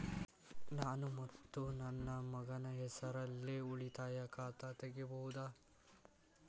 ನಾನು ಮತ್ತು ನನ್ನ ಮಗನ ಹೆಸರಲ್ಲೇ ಉಳಿತಾಯ ಖಾತ ತೆಗಿಬಹುದ?